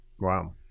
Wow